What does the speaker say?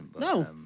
No